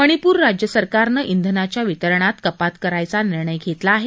मणिपूर राज्य सरकारनं ब्रिनाच्या वितरणात कपात करायचा निर्णय घेतला आहे